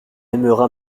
aimera